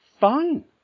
Fine